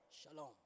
Shalom